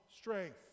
strength